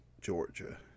Georgia